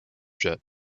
jet